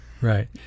Right